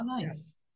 nice